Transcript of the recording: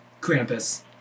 krampus